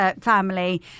family